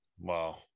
Wow